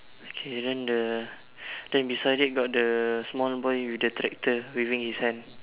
okay then the then this one then got the small boy with the tractor waving his hand